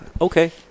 Okay